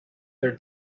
their